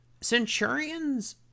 Centurions